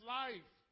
life